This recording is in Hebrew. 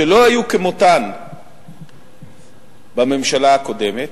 שלא היו כמותן בממשלה הקודמת,